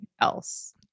else